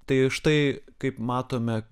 tai štai kaip matome